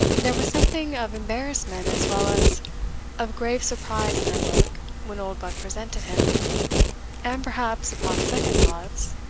there was something of embarrassment as well as of grave surprise in her look when oldbuck presented him and, perhaps, upon second thoughts,